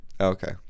Okay